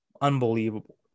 unbelievable